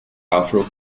afro